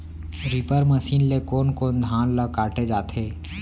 Reaper machine ले कोन कोन धान ल काटे जाथे?